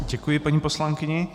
Děkuji paní poslankyni.